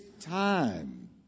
time